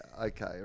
Okay